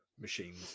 machines